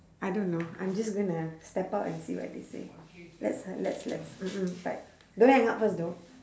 I don't know I'm just going to step out and see what they say let's let's let's mm mm bye don't hang up first though